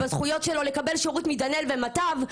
בזכויות שלו לקבל שירות מדנאל ומטב.